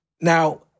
Now